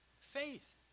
Faith